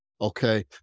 okay